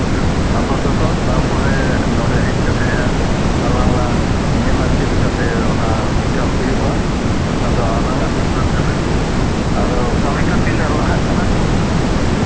ᱟᱯᱟᱛᱚᱛᱚ ᱛᱟᱯᱚᱨᱮ ᱱᱚᱸᱰᱮ ᱦᱮᱡ ᱠᱟᱛᱮᱭᱟᱜ ᱟᱞᱟᱝ ᱞᱟᱝ ᱧᱮᱞᱟ ᱪᱮᱫᱞᱮᱠᱟᱛᱮ ᱚᱱᱟ ᱢᱮᱠᱟᱯ ᱦᱩᱭᱩᱜᱼᱟ ᱚᱱᱟ ᱫᱚ ᱟᱞᱟᱝᱟᱜ ᱵᱮᱯᱟᱨ ᱠᱟᱱᱟ ᱟᱫᱚ ᱠᱟᱹᱢᱤ ᱠᱚ ᱛᱤᱱᱟᱹᱜ ᱞᱟᱦᱟᱜ ᱠᱟᱱᱟ